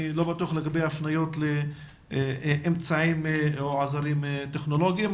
אני לא בטוח לגבי הפניות לאמצעים או עזרים טכנולוגיים.